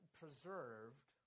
preserved